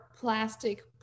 plastic